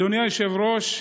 אדוני היושב-ראש,